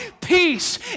Peace